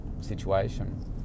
situation